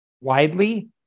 widely